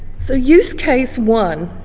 so use case one,